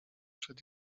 przed